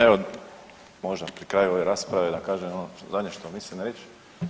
Evo možda pri kraju ove rasprave da vam kažem ono zadnje što mislim reći.